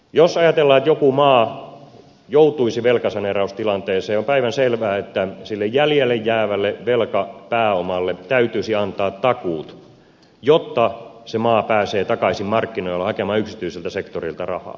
jos ajatellaan että joku maa joutuisi velkasaneeraustilanteeseen on päivänselvää että sille jäljelle jäävälle velkapääomalle täytyisi antaa takuut jotta se maa pääsee takaisin markkinoille hakemaan yksityiseltä sektorilta rahaa